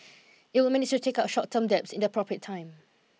it will manage to take out short term debts in the appropriate time